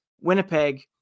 Winnipeg